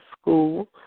school